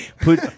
put